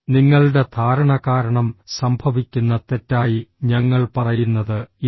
നിങ്ങളുടെ ധാരണ കാരണം സംഭവിക്കുന്ന തെറ്റായി ഞങ്ങൾ പറയുന്നത് ഇതാണ്